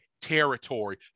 territory